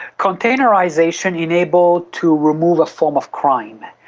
containerisation enabled to remove a form of crime.